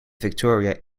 victoria